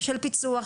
של הפיצוח,